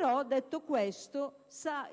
ma, detto questo,